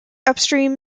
upstream